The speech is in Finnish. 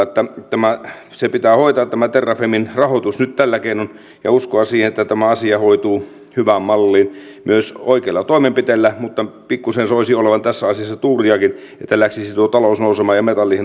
se pitää hoitaa tämä terrafamen rahoitus nyt tällä keinoin ja uskoa siihen että tämä asia hoituu hyvään malliin oikeilla toimenpiteillä mutta pikkuisen soisi olevan tässä asiassa tuuriakin että lähtisi tuo talous nousemaan ja metallihinnat nousuun myös